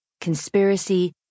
conspiracy